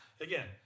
again